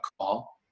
call